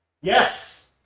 Yes